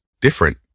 different